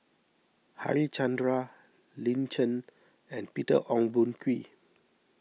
Harichandra Lin Chen and Peter Ong Boon Kwee